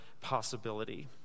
possibility